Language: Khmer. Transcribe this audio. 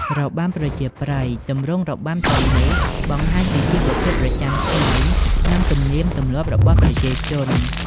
របាំប្រជាប្រិយ ទម្រង់របាំទាំងនេះបង្ហាញពីជីវភាពប្រចាំថ្ងៃ និងទំនៀមទម្លាប់របស់ប្រជាជន។